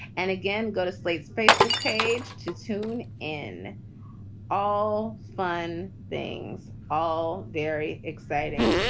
and again, go to slate's facebook page to tune in all fun things. all very exciting.